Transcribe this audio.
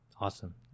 Awesome